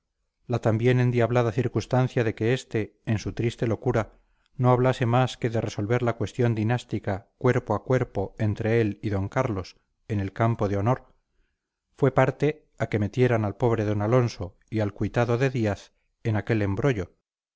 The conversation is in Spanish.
la también endiablada circunstancia de que este en su triste locura no hablase más que de resolver la cuestión dinástica cuerpo a cuerpo entre él y d carlos en el campo del honor fue parte a que metieran al pobre d alonso y al cuitado de díaz en aquel embrollo